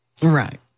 Right